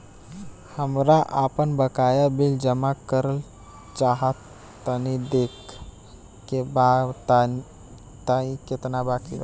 हमरा आपन बाकया बिल जमा करल चाह तनि देखऽ के बा ताई केतना बाकि बा?